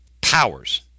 powers